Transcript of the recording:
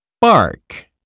Bark